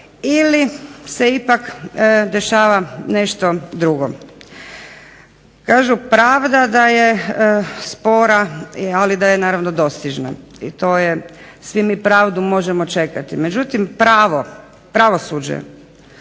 ili se ipak dešava nešto drugo. Kažu pravda da je spora, ali da je naravno dostižna i to je, svi mi pravdu možemo čekati, međutim pravo, pravosuđe